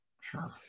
sure